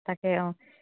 তাকে অঁ